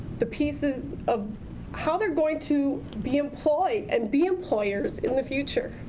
the pieces of how they're going to be employed and be employers in the future.